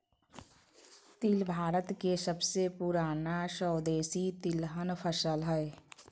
तिल भारत के सबसे पुराना स्वदेशी तिलहन फसल हइ